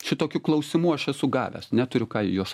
šitokių klausimų aš esu gavęs neturiu ką į juos